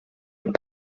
und